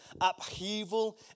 upheaval